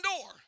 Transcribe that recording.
door